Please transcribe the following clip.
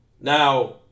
Now